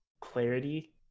Clarity